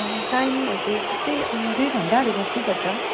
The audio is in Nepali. टाइम हजुर त्यस्तै दुई घन्टाहरू बस्नुपर्छ